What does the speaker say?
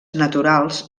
naturals